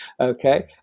okay